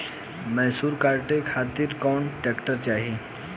मैसूर काटे खातिर कौन ट्रैक्टर चाहीं?